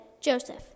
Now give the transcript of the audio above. Joseph